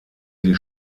die